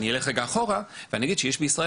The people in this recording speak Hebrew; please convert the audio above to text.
אני אלך רגע אחורה ואגיד שיש בישראל